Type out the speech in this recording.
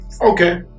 Okay